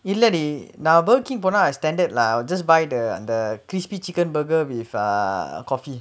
இல்ல:illa dey நா:naa Burger King போனா:ponaa I standard lah I just buy அந்த:antha crispy chicken burger with ah coffee